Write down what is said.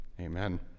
Amen